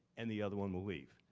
and the other one will leave.